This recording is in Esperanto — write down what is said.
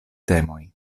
temoj